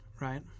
right